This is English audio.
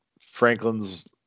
Franklin's